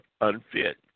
unfit